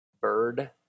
Bird